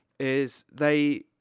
is they